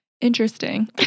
Interesting